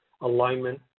alignment